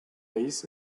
days